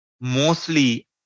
mostly